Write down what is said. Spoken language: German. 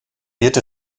wird